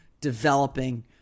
developing